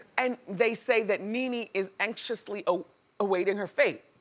and they say that nene is anxiously awaiting her fate.